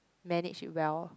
manage well